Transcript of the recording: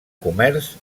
comerç